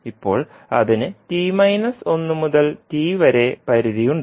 ഇപ്പോൾ അതിന് t 1 മുതൽ t വരെ പരിധി ഉണ്ട്